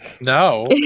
No